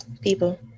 people